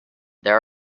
there